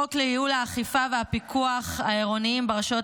חוק לייעול האכיפה והפיקוח העירוניים ברשויות